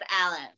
Alice